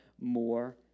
more